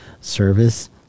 service